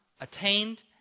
attained